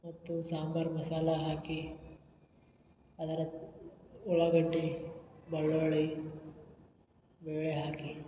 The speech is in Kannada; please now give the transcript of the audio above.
ಮತ್ತು ಸಾಂಬಾರು ಮಸಾಲಾ ಹಾಕಿ ಅದರ ಉಳ್ಳಾಗಡ್ಡೆ ಬೆಳ್ಳುಳ್ಳಿ ಬೇಳೆ ಹಾಕಿ